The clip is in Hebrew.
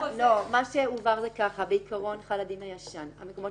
מה שהובהר זה כך: בעיקרון חל הדין הישן; המקומות